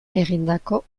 egindako